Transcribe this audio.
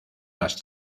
las